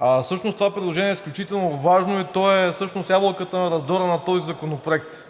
а това предложение е изключително важно, и то всъщност е ябълката на раздора на този законопроект.